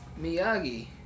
Miyagi